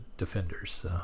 Defenders